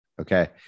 okay